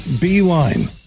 Beeline